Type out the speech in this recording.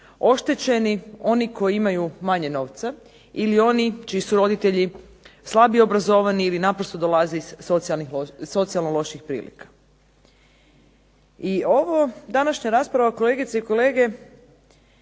oštećeni oni koji imaju manje novca ili oni čiji su roditelji slabije obrazovani ili naprosto dolaze iz socijalno loših prilika. I ova današnja rasprava kolegice i kolege